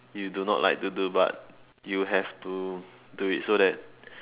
you do not like to do but you have to do it so that